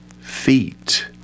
feet